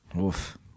Oof